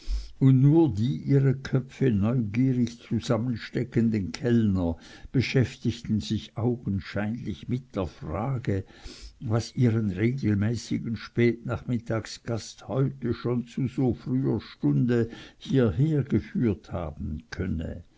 und nur die ihre köpfe neugierig zusammensteckenden kellner beschäftigten sich augenscheinlich mit der frage was ihren regelmäßigen spätnachmittagsgast heute schon zu so früher stunde hierhergeführt haben könne